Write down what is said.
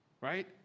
right